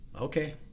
okay